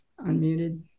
unmuted